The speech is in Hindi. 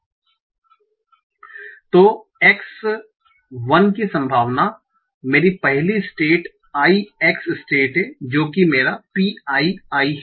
तो X 1 की संभावना मेरी पहली स्टेट i x स्टेट है जो कि मेरा pi i है